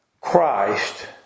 Christ